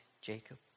Jacob